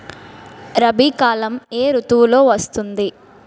రబీ కాలం ఏ ఋతువులో వస్తుంది?